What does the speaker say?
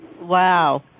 Wow